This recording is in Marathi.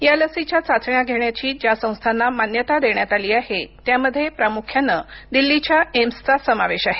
या लसीच्या चाचण्या घेण्याची ज्या संस्थांना मान्यता देण्यात आली आहे त्यामध्ये प्रामुख्यानं दिल्लीच्या एम्सचा समावेश आहे